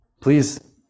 Please